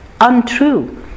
untrue